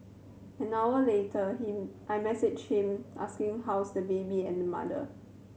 an hour later him I messaged him asking how's the baby and mother